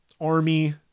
Army